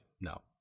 no